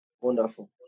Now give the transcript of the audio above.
wonderful